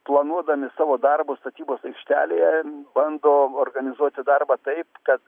planuodami savo darbus statybos aikštelėje bando organizuoti darbą taip kad